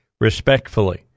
respectfully